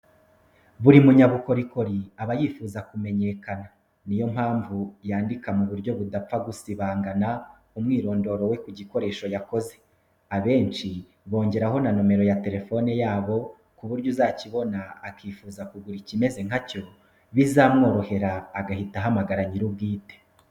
Buri munyabukorikori aba yifuza kumenyekana, ni yo mpamvu yandika mu buryo budapfa gusibangana umwirondoro we ku gikoresho yakoze, abenshi bongeraho na nomero ya telefoni yabo, ku buryo uzakibona akifuza kugura ikimeze nka cyo bizamworohera, agahita ahamagara nyir'ubwite.